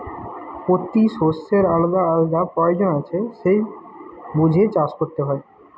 পোতি শষ্যের আলাদা আলাদা পয়োজন আছে সেই বুঝে চাষ কোরতে হয়